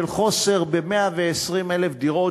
של חוסר ב-120,000 דירות,